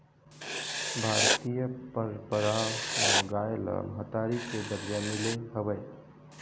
भारतीय पंरपरा म गाय ल महतारी के दरजा मिले हवय